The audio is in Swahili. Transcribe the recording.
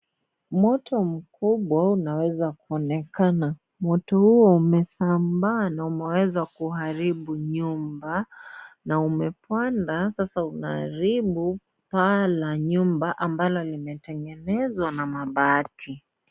Moto mkubwa, unaweza kuonekana. Moto huo umesambaa na umeweza kuharibu nyumba, na umepanda sasa unaharibu paa la nyumba, ambalo limetengenezwa na mabati.